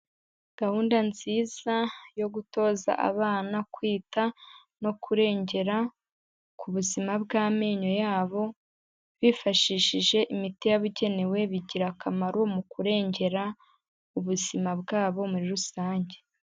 Gahunda nziza yo gutoza abana kwita no kurengera ku buzima bw'amenyo yabo, bifashishije imiti yababugenewe, bigira akamaro mu kurengera ubuzima bwabo muri rusange.